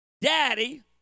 daddy